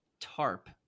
TARP